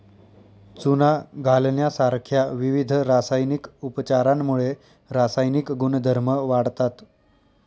चुना घालण्यासारख्या विविध रासायनिक उपचारांमुळे रासायनिक गुणधर्म वाढतात